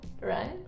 Right